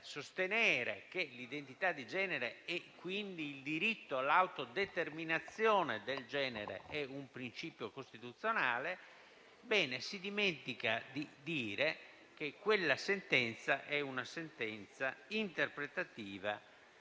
sostenere che l'identità di genere e quindi il diritto all'autodeterminazione del genere siano un principio costituzionale. Si dimentica tuttavia di dire che quella è una sentenza interpretativa